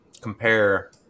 compare